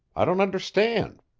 i don't understand.